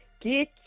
Get